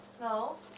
No